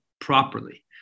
properly